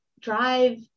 drive